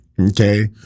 Okay